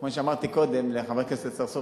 כמו שאמרתי קודם לחבר הכנסת צרצור,